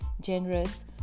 generous